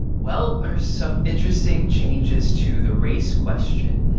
well, there are some interesting changes to the race question.